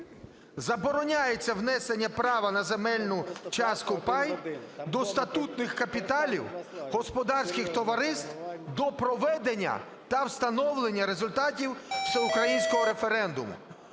"Забороняється внесення права на земельну частку (пай) до статутних капіталів господарських товариств до проведення та встановлення результатів всеукраїнського референдуму